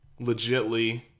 Legitly